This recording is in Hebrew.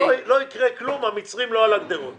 לא יקרה כלום, המצרים לא על הגדרות